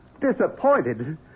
Disappointed